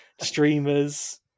streamers